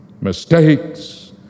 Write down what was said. mistakes